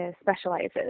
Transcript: specializes